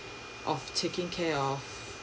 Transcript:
of taking of